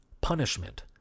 punishment